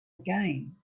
again